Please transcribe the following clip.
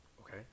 Okay